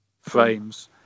frames